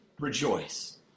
Rejoice